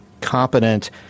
competent